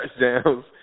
touchdowns